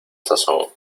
sazón